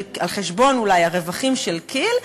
על חשבון אולי הרווחים של כי"ל,